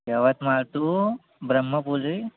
Yavatmal to Brahmapuri